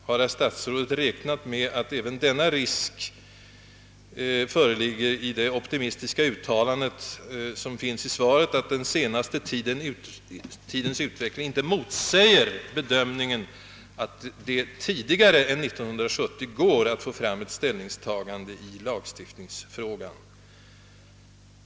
Har herr statsrådet räknat med att även denna risk föreligger i det optimistiska uttalandet i svaret, att den senaste tidens utveckling inte motsäger bedömningen att det tidigare än år 1970 går att ta ställning i lagstiftningsfrågan?